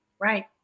Right